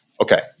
okay